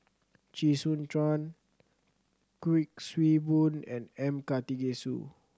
Chee Soon Juan Kuik Swee Boon and M Karthigesu